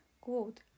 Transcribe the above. quote